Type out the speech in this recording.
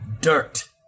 dirt